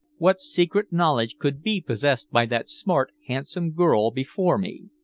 what secret knowledge could be possessed by that smart, handsome girl before me?